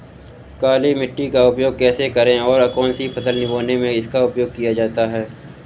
काली मिट्टी का उपयोग कैसे करें और कौन सी फसल बोने में इसका उपयोग किया जाता है?